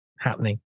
happening